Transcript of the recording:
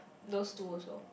those two also